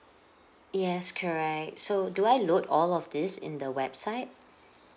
yes correct so do I load all of this in the website